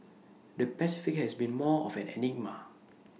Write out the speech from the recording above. the Pacific has been more of an enigma